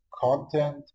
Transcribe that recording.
content